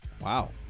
wow